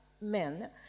men